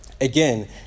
Again